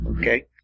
Okay